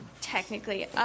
technically